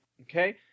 Okay